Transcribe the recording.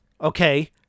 okay